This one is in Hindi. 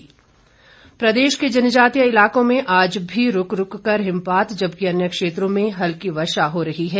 मौसम प्रदेश के जनजातीय इलाकों में आज भी रूक रूक कर हिमपात जबकि अन्य क्षेत्रों में वर्षा हो रही है